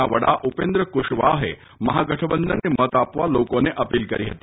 ના વડા ઉપેન્દ્ર કુશવાહે મહાગઠબંધનને મત આપવા લોકોને અપીલ કરી હતી